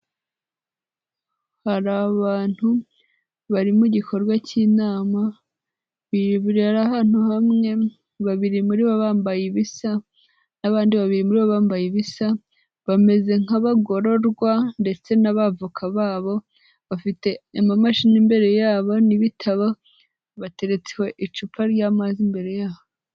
Hari abantu bari mu gikorwa cy'inama, bari ahantu hamwe, babiri muri bo bambaye ibisa n'abandi babiri muri bo bambaye ibisa, bameze nk'abagororwa ndetse n'abavoka babo, bafite amamashini imbere yabo, n'ibitabo bateretse icupa ry'amazi imbere yabo.